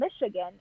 Michigan